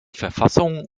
verfassung